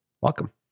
Welcome